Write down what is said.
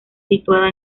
situada